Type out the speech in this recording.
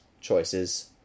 choices